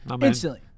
Instantly